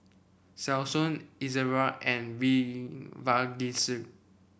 Selsun Ezerra and V Vagisil